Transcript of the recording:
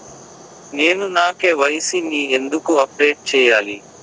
నేను నా కె.వై.సి ని ఎందుకు అప్డేట్ చెయ్యాలి?